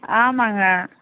ஆமாங்க